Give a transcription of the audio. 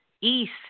east